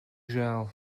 žēl